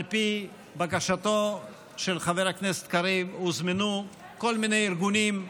על פי בקשתו של חבר הכנסת קריב הוזמנו כל מיני ארגונים,